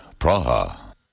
Praha